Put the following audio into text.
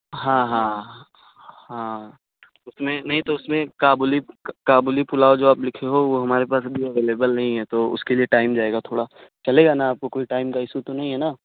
ہاں ہاں ہاں اس میں نہیں تو اس میں کابلی کابلی پلاؤ جو آپ لکھے ہو وہ ہمارے پاس ابھی اویلیبل نہیں ہے تو اس کے لیے ٹائم جائے گا تھوڑا چلے گا نا آپ کو کوئی ٹائم کا ایشو تو نہیں ہے نا